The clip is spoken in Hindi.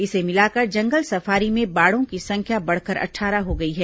इसे मिलाकर जंगल सफारी में बाड़ों की संख्या बढ़कर अट्ठारह हो गई है